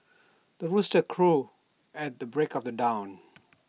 the rooster crows at the break of dawn